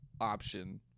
option